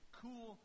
cool